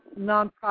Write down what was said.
nonprofit